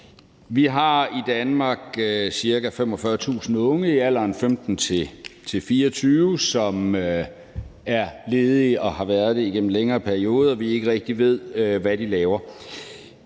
Vi har i Danmark ca. 45.000 unge i alderen 15-24 år, som er ledige og har været det igennem en længere periode og vi ikke rigtig ved hvad laver.